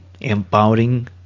empowering